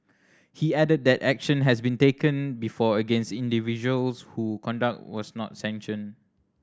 he added that action has been taken before against individuals who conduct is not sanctioned